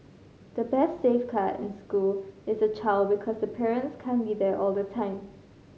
the best safe card in the school is the child because the parents can't be there all the time